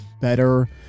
better